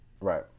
Right